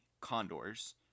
condors